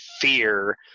fear